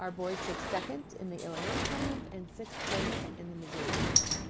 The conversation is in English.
our boys took second in the illinois tournament and sixth place in the missouri tournament